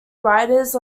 writers